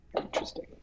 interesting